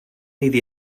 iddi